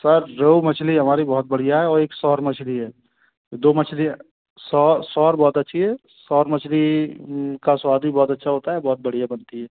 sir जो मछलियाँ हमारी बहुत बढ़िया है वह एक सौर मछली है दो मछली सौर बहुत अच्छी है सौर मछली का स्वाद भी बहुत अच्छा होता है बहुत बढ़िया बनती हैं